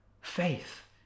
Faith